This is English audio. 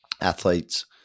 athletes